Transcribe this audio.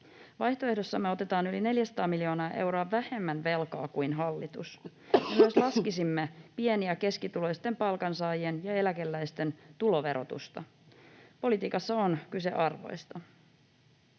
Vaihtoehdossamme otetaan yli 400 miljoonaa euroa vähemmän velkaa kuin hallitus ottaa. Laskisimme myös pieni- ja keskituloisten palkansaajien ja eläkeläisten tuloverotusta. Politiikassa on kyse arvoista.